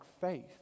faith